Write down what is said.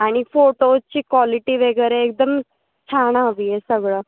आणि फोटोजची क्वालिटी वगैरे एकदम छान हवी आहे सगळं